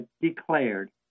declared